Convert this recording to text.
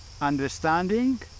understanding